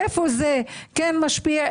איפה זה כן משפיע,